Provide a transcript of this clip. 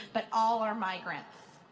but all are migrants.